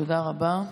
תודה רבה.